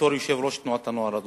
כיושב-ראש תנועת הנוער הדרוזית,